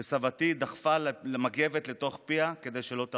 וסבתי דחפה לה מגבת לתוך פיה כדי שלא תרעיש.